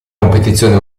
competizione